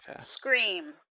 Scream